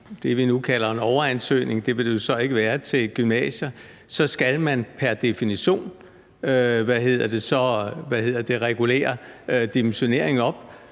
det, vi nu kalder en overansøgning – det vil det jo så ikke være til gymnasier – så skal man pr. definition regulere dimensioneringen op,